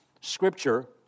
Scripture